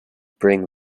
bring